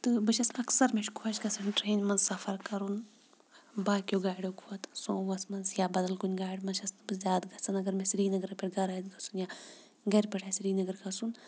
تہٕ بہٕ چھس اکثر مےٚ چھ خۄش گژھان ٹرینہِ منٛز سفر کرُن باقیَو گاڑیو کھۄتہٕ سوموس منٛز یا بدل کُنہِ گاڑِ منٛز چھس نہٕ بہٕ زیادٕ کھسان اگر مےٚ سرینگرٕ پیٹھ گَرٕ آسہِ گژھُن یا گرِ پیٹھ آسہ سرینگر کھسُن